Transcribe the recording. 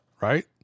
right